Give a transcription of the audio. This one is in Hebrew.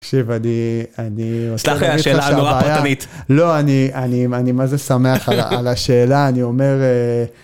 ‫תקשיב, אני... ‫סלח לי, השאלה נורא פרטנית. ‫לא, אני... אני... אני... מה זה שמח על השאלה. ‫אני אומר...